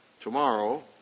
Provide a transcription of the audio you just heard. tomorrow